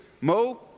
Mo